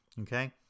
okay